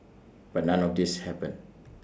but none of this happened